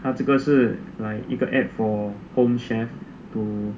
他这个是一个 app for home chef to